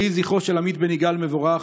יהי זכרו של עמית בן יגאל מבורך.